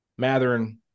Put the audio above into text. Matherin